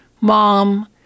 Mom